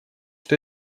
что